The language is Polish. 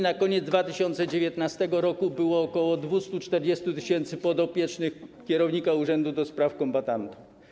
Na koniec 2019 r. było ok. 240 tys. podopiecznych kierownika urzędu do spraw kombatantów.